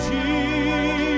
Jesus